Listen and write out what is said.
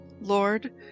Lord